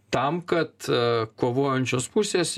tam kad kovojančios pusės